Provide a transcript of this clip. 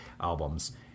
albums